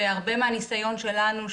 והרבה מהניסיון שלנו,